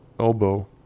Elbow